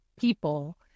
people